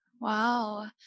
Wow